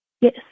Yes